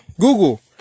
google